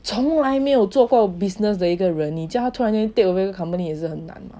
从来没有做过 business 的一个人你叫他突然间 take 一个 company 也是很难吗